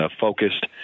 focused